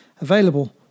available